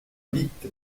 vite